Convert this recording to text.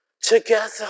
Together